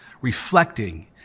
reflecting